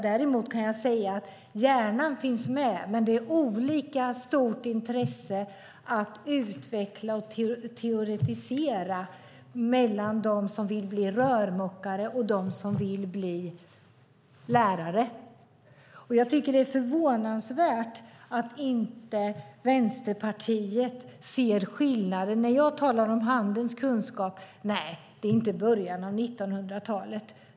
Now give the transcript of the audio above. Jag kan däremot säga att hjärnan finns med, men de som vill bli rörmokare och de som vill bli lärare har olika stort intresse för att utveckla och teoretisera. Jag tycker att det är förvånansvärt att inte Vänsterpartiet ser skillnaden. När jag talar om handens kunskap är det inte början av 1900-talet.